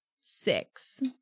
Six